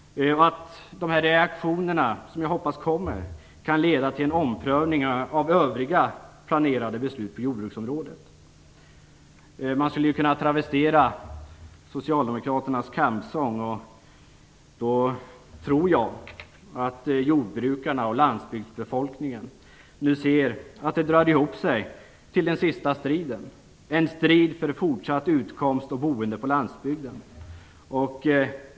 De reaktioner som jag hoppas kommer kan leda till en omprövning av övriga planerade beslut på jordbruksområdet. Man skulle kunna travestera socialdemokraternas kampsång. Då tror jag att jordbrukarna och landsbygdsbefolkningen ser att det drar ihop sig till den sista striden, en strid för en fortsatt utkomst och ett fortsatt boende på landsbygden.